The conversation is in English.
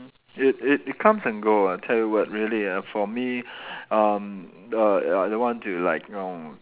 it it it comes and go ah tell you what really ah for me um I I don't want to like know